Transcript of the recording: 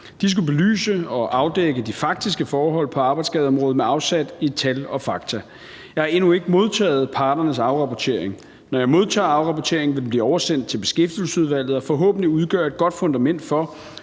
De skulle belyse og afdække de faktiske forhold på arbejdsskadeområdet med afsæt i tal og fakta. Jeg har endnu ikke modtaget parternes afrapportering. Når jeg modtager afrapporteringen, vil den blive oversendt til Beskæftigelsesudvalget og forhåbentlig udgøre et godt fundament for,